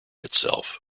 itself